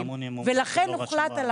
לכן, הוחלט על